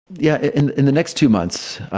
yeah in in the next two months.